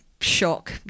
shock